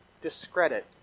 discredit